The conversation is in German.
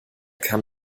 kann